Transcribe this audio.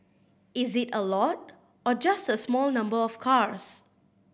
is it a lot or just a small number of cars